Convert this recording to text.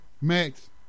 Max